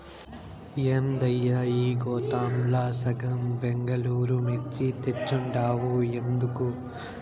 ఏందయ్యా ఈ గోతాంల సగం బెంగళూరు మిర్చి తెచ్చుండావు ఎందుకు